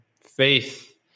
faith